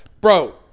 bro –